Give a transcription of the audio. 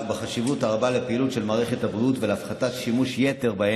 ובחשיבות הרבה של הפעילות של מערכת הבריאות להפחתת שימוש יתר בהן